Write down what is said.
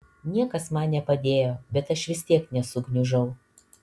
niekas man nepadėjo bet aš vis tiek nesugniužau